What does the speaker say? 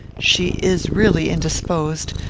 she is really indisposed,